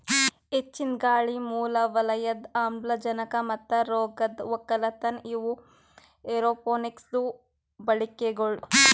ಹೆಚ್ಚಿಂದ್ ಗಾಳಿ, ಮೂಲ ವಲಯದ ಆಮ್ಲಜನಕ ಮತ್ತ ರೋಗದ್ ಒಕ್ಕಲತನ ಇವು ಏರೋಪೋನಿಕ್ಸದು ಬಳಿಕೆಗೊಳ್